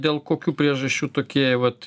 dėl kokių priežasčių tokie vat